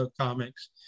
comics